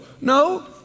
No